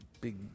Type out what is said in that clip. big